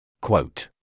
Quote